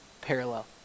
parallel